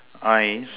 eyes